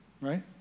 right